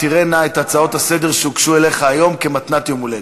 תראה נא את ההצעות לסדר-היום שהוגשו אליך היום כמתנת יום הולדת.